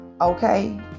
Okay